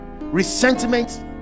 resentment